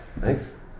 Thanks